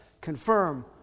confirm